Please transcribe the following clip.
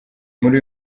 muri